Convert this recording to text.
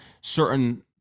certain